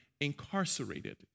incarcerated